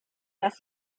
dass